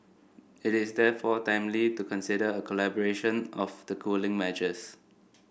it is therefore timely to consider a calibration of the cooling measures